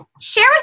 share